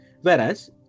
whereas